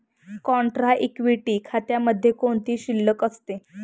Contra equity खात्यामध्ये कोणती शिल्लक असते?